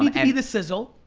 um be the sizzle.